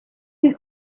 you